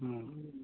ಹ್ಞೂ